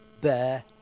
bear